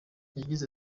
yagize